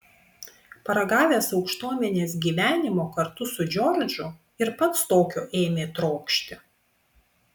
paragavęs aukštuomenės gyvenimo kartu su džordžu ir pats tokio ėmė trokšti